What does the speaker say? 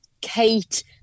Kate